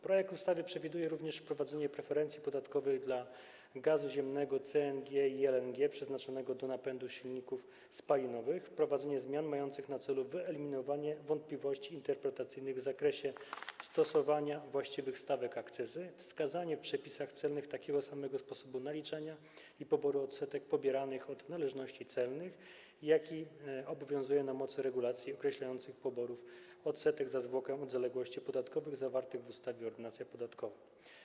Projekt ustawy przewiduje również wprowadzenie preferencji podatkowych dla gazu ziemnego CNG i LNG przeznaczonego do napędu silników spalinowych, wprowadzenie zmian mających na celu wyeliminowanie wątpliwości interpretacyjnych w zakresie stosowania właściwych stawek akcyzy i wskazanie w przepisach celnych takiego samego sposobu naliczania i poboru odsetek pobieranych od należności celnych, jaki obowiązuje na mocy regulacji określających pobór odsetek za zwłokę od zaległości podatkowych zawartych w ustawie Ordynacja podatkowa.